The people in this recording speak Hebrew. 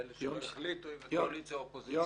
ואלה שלא החליטו אם הם קואליציה או אופוזיציה.